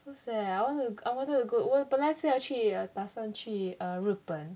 so sad I want to I wanted to go 我本来是要去的打算去 err 日本